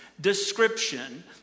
description